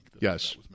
Yes